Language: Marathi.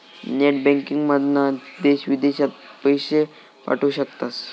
नेट बँकिंगमधना देश विदेशात पैशे पाठवू शकतास